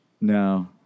No